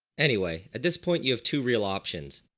anyway at this point you have to real options.